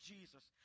Jesus